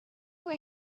were